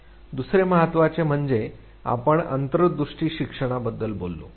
दुसरे महत्त्वाचे म्हणजे आपण अंतर् दृष्टी शिक्षणाबद्दल बोललो